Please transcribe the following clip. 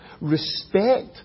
respect